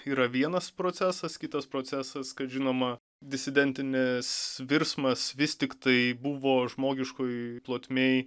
yra vienas procesas kitas procesas kad žinoma disidentinis virsmas vis tiktai buvo žmogiškoj plotmėj